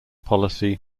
policy